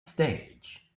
stage